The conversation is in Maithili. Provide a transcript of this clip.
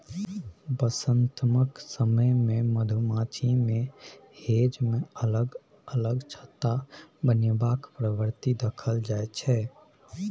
बसंमतसक समय मे मधुमाछी मे हेंज मे अलग अलग छत्ता बनेबाक प्रवृति देखल जाइ छै